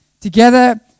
Together